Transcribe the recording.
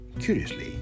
curiously